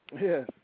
Yes